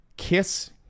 kiss